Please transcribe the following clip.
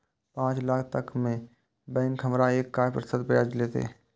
पाँच लाख तक में बैंक हमरा से काय प्रतिशत ब्याज लेते?